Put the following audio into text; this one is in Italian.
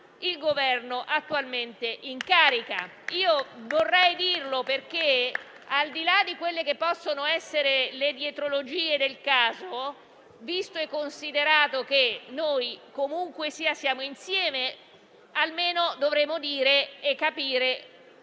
il Governo attualmente in carica. Vorrei dirlo perché, al di là di quelle che possono essere le dietrologie del caso, visto e considerato che comunque siamo insieme, almeno dovremmo capire